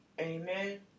Amen